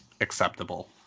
acceptable